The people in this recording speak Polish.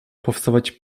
powstawać